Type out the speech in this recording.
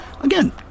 Again